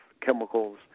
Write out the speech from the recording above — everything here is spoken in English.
chemicals